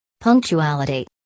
Punctuality